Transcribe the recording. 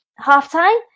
halftime